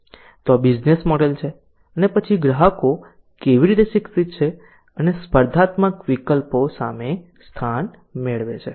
તો આ business model છે અને પછી ગ્રાહકો કેવી રીતે શિક્ષિત છે અને સ્પર્ધાત્મક વિકલ્પો સામે સ્થાન મેળવે છે